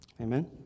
Amen